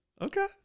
okay